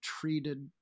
treated